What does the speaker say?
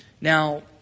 Now